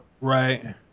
Right